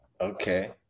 Okay